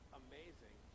amazing